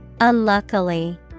Unluckily